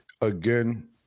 Again